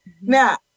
Now